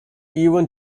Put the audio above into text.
even